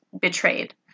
betrayed